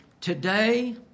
Today